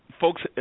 folks